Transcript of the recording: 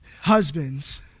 husbands